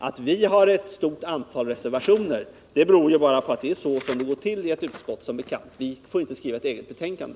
Att vi har ett stort antal reservationer beror på att det är så det som bekant går till i ett utskott. Vi får inte skriva ett eget betänkande.